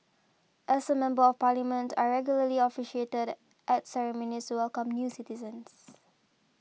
as a member of parliament I regularly officiated at ceremonies to welcome new citizens